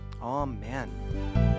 Amen